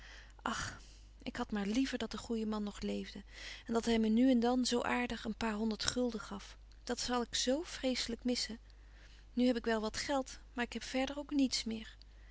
ach ik had maar liever dat de goeie man nog leefde en dat hij me nu en dan zoo aardig een paar honderd gulden gaf dat zal ik zoo vreeslijk missen nu heb ik wel wat geld maar ik heb verder ook niets meer